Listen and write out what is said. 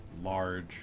large